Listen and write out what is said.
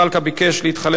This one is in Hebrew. לא.